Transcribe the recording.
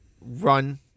run